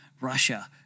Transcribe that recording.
Russia